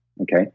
okay